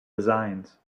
designs